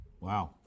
Wow